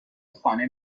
خانه